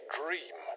dream